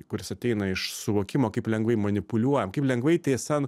kuris ateina iš suvokimo kaip lengvai manipuliuojam kaip lengvai tiesa